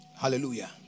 Hallelujah